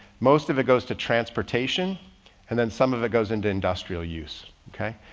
most of it goes to transportation and then some of it goes into industrial use. okay.